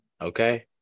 Okay